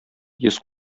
йөз